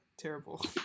terrible